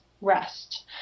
Rest